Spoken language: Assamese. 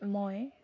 মই